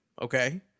Okay